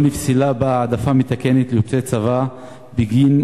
לא נפסלה בה העדפה מתקנת ליוצאי צבא בגין